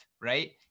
right